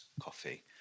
coffee